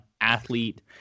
athlete